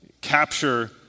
capture